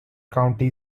county